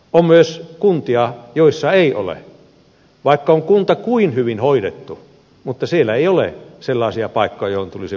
on myös kuntia joissa ei ole vaikka on kunta kuinka hyvin hoidettu sellaisia paikkoja joihin tulisi vapaa ajan asuntoja